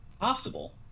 Possible